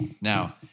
Now